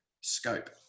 scope